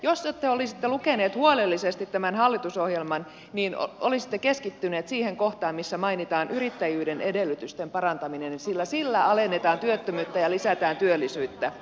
jos te olisitte lukenut huolellisesti tämän hallitusohjelman niin olisitte keskittynyt siihen kohtaan missä mainitaan yrittäjyyden edellytysten parantaminen sillä sillä alennetaan työttömyyttä ja lisätään työllisyyttä